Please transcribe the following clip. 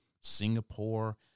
Singapore